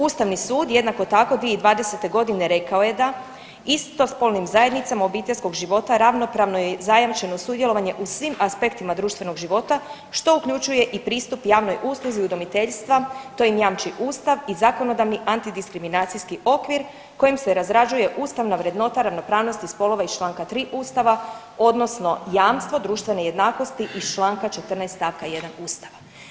Ustavni sud jednako tako 2020.g. rekao je da istospolnim zajednicama obiteljskog života ravnopravno je zajamčeno sudjelovanje u svim aspektima društvenog života što uključuje i pristup javnoj usluzi udomiteljstva, to im jamči Ustav i zakonodavni antidiskriminacijski okvir kojim se razrađuje ustavna vrednota ravnopravnosti spolova iz čl. 3. Ustava odnosno jamstvo društvene jednakost iz čl. 14. st. 1. Ustava.